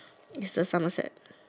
is the Somerset